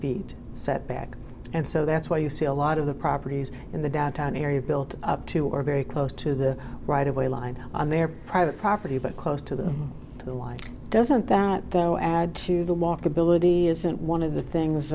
feet setback and so that's why you see a lot of the properties in the downtown area built up to or very close to the right of way line on their private property but close to the to the why doesn't that though add to the walkability isn't one of the things